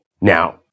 Now